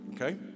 Okay